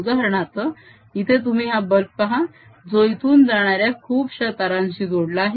उदाहरणार्थ इथे तुम्ही हा बल्ब पहा जो इथून जाणाऱ्या खूपशा तारांशी जोडला आहे